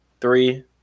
Three